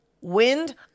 Wind